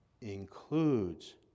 includes